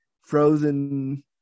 frozen